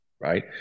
Right